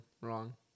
wrong